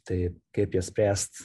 tai kaip jas spręst